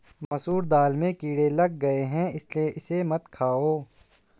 मसूर दाल में कीड़े लग गए है इसलिए इसे मत खाओ